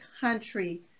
country